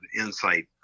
insight